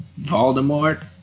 Voldemort